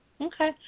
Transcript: Okay